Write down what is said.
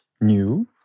new